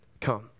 come